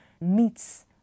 meets